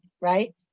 right